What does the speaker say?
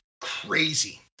crazy